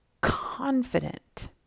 confident